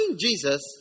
Jesus